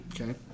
Okay